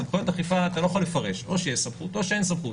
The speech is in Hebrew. סמכויות אכיפה אתה לא יכול לפרש או שיש סמכות או שאין סמכות